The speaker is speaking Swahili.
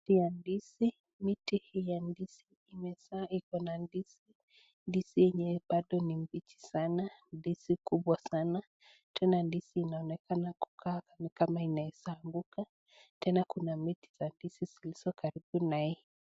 Miti hii ya ndizi ,imezaa Iko na ndizi ambayo ni mbichi sana ndizi kubwa sana tena ndizi inakaa kama inaeza anguka tena miti za ndizi ziliko karibu na yeye